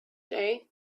day